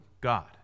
God